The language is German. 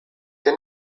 der